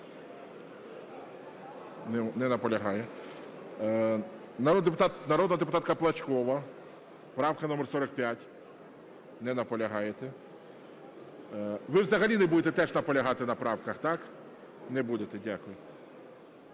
Не наполягає. Народна депутатка Плачкова, правка номер 45. Не наполягаєте. Ви взагалі не будете теж наполягати на правках, так? Не будете. Дякую.